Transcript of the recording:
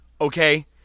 okay